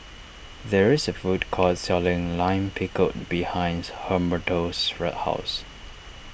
there is a food court selling Lime Pickle behind Humberto's house